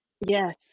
Yes